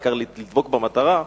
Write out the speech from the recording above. והעיקר לדבוק במטרה,